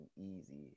easy